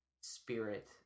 spirit